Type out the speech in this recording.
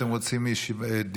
שלא עשינו מספיק כאן,